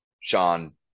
Sean